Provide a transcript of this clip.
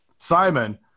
Simon